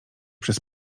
przez